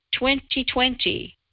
2020